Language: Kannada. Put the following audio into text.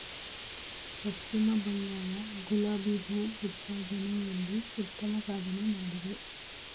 ಪಶ್ಚಿಮ ಬಂಗಾಳ ಗುಲಾಬಿ ಹೂ ಉತ್ಪಾದನೆಯಲ್ಲಿ ಉತ್ತಮ ಸಾಧನೆ ಮಾಡಿದೆ